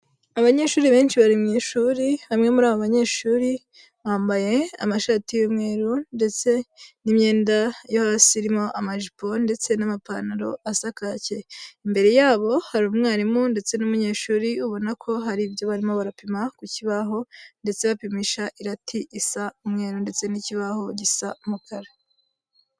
Abanyeshuri benshi bari mu ishuri, bamwe muri aba banyeshuri bambaye amashati y'umweru ndetse n'imyenda yo hasi irimo amajipo ndetse n'amapantaro asa kake, imbere yabo hari umwarimu ndetse n'umunyeshuri ubona ko hari ibyo barimo barapima ku kibaho ndetse bapimisha irati isa umweru ndetse n'ikibaho gisa umukara.